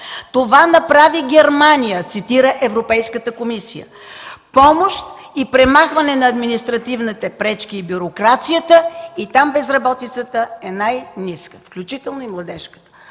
Това направи Германия – цитира Европейската комисия – помощ и премахване на административните пречки и бюрокрацията и там безработицата е най-ниска, включително и младежката”.